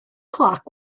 clock